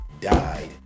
died